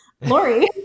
Lori